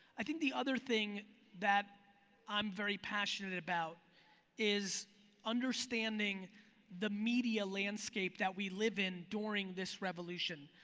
i think the other thing that i'm very passionate about is understanding the media landscape that we live in during this revolution.